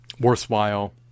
worthwhile